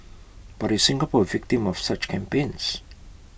but is Singapore A victim of such campaigns